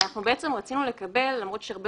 אנחנו בעצם רצינו לקבל למרות שיש הרבה